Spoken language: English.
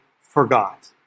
forgot